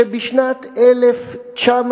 שבשנת 1993